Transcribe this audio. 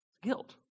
Guilt